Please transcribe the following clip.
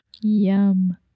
Yum